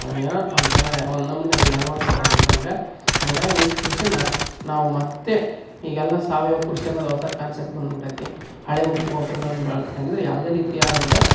ಏನೋ ಒಂಥರ ಒನ್ನಮೂನಿ ಅದು ಎಡವಟ್ಟು ಕೆಲ್ಸ ಇದ್ದಂಗಾ ಹಂಗಾಗಿ ಕೃಷಿನ ನಾವು ಮತ್ತು ಈಗೆಲ್ಲ ಸಾವಯವ ಕೃಷಿ ಅನ್ನೋದು ಹೊಸ ಕಾನ್ಸೆಪ್ಟ್ ಬಂದು ಬಿಟ್ಟೈತಿ ಹಳೆ ಉಪ್ಪು ಗೊಬ್ರಗಳನ್ನು ಬೆಳ್ದು ಅಂದ್ರೆ ಯಾವುದೇ ರೀತಿಯಾದಂಥ